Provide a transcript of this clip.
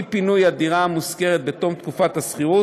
אי-פינוי הדירה המושכרת בתום תקופת השכירות